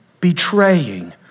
betraying